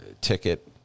ticket